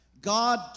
God